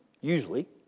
usually